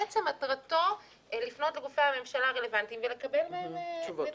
בעצם מטרתו לפנות לגופי הממשלה הרלוונטיים ולקבל מהם נתונים.